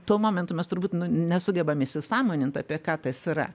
tuo momentu mes turbūt nesugebam įsisąmonint apie ką tas yra